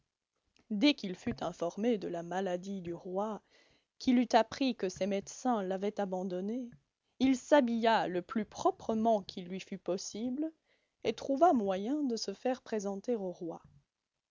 dès qu'il fut informé de la maladie du roi qu'il eut appris que ses médecins l'avaient abandonné il s'habilla le plus proprement qu'il lui fut possible et trouva moyen de se faire présenter au roi